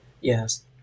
Yes